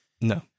No